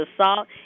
assault